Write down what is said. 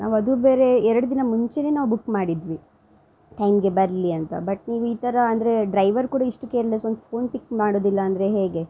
ನಾವದು ಬೇರೆ ಎರಡು ದಿನ ಮುಂಚೇ ನಾವು ಬುಕ್ ಮಾಡಿದ್ವಿ ಟೈಮ್ಗೆ ಬರಲಿ ಅಂತ ಬಟ್ ನೀವು ಈ ಥರ ಅಂದರೆ ಡ್ರೈವರ್ ಕೂಡ ಇಷ್ಟು ಕೇರ್ಲೆಸ್ ಒಂದು ಫೋನ್ ಪಿಕ್ ಮಾಡೋದಿಲ್ಲ ಅಂದರೆ ಹೇಗೆ